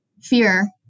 fear